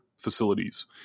facilities